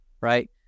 right